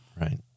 right